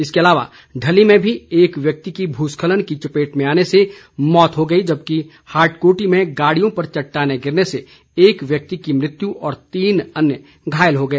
इसके अलावा ढल्ली में भी एक व्यक्ति की भूस्खलन की चपेट में आने से मौत हो गई जबकि हाटकोटी में गाड़ियों पर चट्टाने गिरने से एक व्यक्ति की मृत्यु व तीन अन्य घायल हो गए